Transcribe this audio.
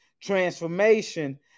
Transformation